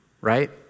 right